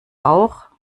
auch